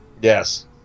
yes